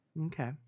Okay